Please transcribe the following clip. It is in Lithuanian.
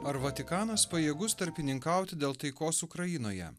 ar vatikanas pajėgus tarpininkauti dėl taikos ukrainoje